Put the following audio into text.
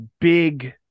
big